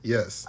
Yes